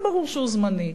אבל ברור שהוא זמני.